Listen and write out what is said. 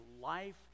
life